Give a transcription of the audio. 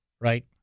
right